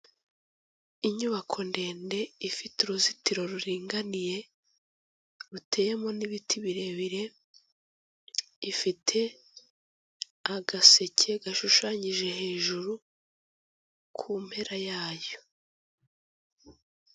Inyubako ndende ifite uruzitiro ruringaniye, ruteyemo n'ibiti birebire, ifite agaseke gashushanyije hejuru kumpera yayo.